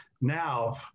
now